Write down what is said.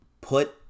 Put